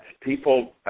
people